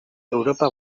europa